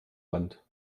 band